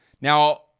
Now